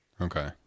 Okay